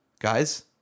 guys